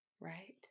Right